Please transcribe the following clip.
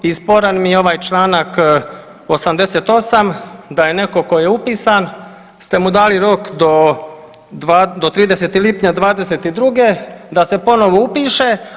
I sporan mi je ovaj članak 88. da je netko tko je upisan ste mu dali rok do 30. lipnja 22. da se ponovo upiše.